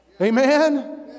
Amen